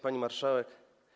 Pani Marszałek!